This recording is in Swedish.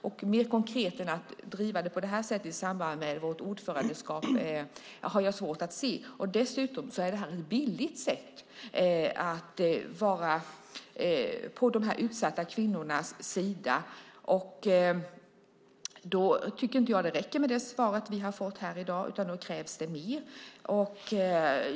Ett mer konkret sätt än att driva det på det här sättet i samband med vårt ordförandeskap har jag svårt att se. Dessutom är det ett billigt sätt att vara på de utsatta kvinnornas sida. Då tycker jag inte att det räcker med det svar som vi har fått i dag, utan då krävs det mer.